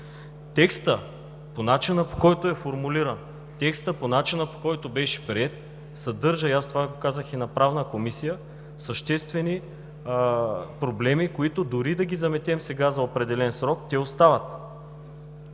Текстът по начина, по който е формулиран, по който беше приет, съдържа, това го казах и в Правната комисия, съществени проблеми, които дори да заметем сега за определен срок, те остават.